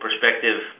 perspective